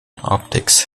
optics